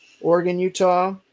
Oregon-Utah